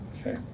Okay